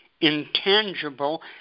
intangible